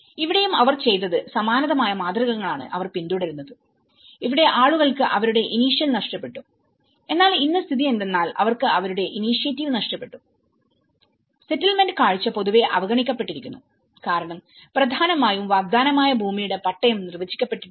ഇവിടെയും അവർ ചെയ്തത് സമാനമായ മാതൃകകളാണ് അവർ പിന്തുടരുന്നത് ഇവിടെ ആളുകൾക്ക് അവരുടെ ഇനീശിയൽ നഷ്ടപ്പെട്ടു എന്നാൽ ഇന്ന് സ്ഥിതി എന്തെന്നാൽ അവർക്ക് അവരുടെ ഇനീഷിയേറ്റീവ് നഷ്ടപ്പെട്ടു സെറ്റിൽമെന്റ് കാഴ്ച പൊതുവെ അവഗണിക്കപ്പെട്ടിരിക്കുന്നു കാരണം പ്രധാനമായും വാഗ്ദാനമായ ഭൂമിയുടെ പട്ടയം നിർവചിക്കപ്പെട്ടിട്ടില്ല